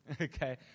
okay